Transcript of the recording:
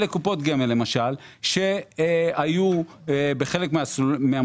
אלה קופות גמל שהיו הפסדיות, בחלק מהמסלולים.